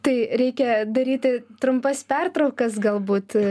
tai reikia daryti trumpas pertraukas galbūt